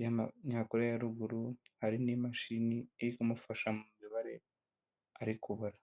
y'amanyakoreya ya ruguru, hari n'imashini imufasha mu mibare ari kubara.